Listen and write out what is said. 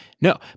No